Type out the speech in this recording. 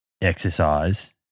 exercise